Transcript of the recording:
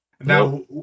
Now